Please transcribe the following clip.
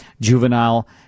juvenile